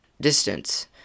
distance